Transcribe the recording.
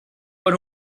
por